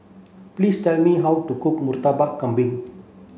please tell me how to cook Murtabak Kambing